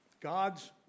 God's